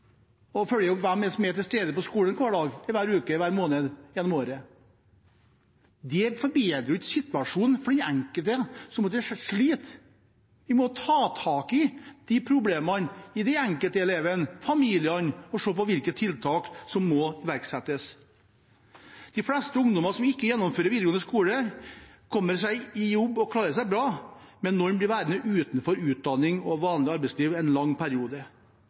følge opp hvem som er til stede på skolen – hver dag, hver uke, hver måned gjennom året. Det forbedrer jo ikke situasjonen for den enkelte som sliter. Vi må ta tak i problemene til den enkelte eleven, familiene og se på hvilke tiltak som må iverksettes. De fleste ungdommer som ikke gjennomfører videregående skole, kommer seg i jobb og klarer seg bra, men noen blir værende utenfor utdanning og vanlig arbeidsliv en lang periode.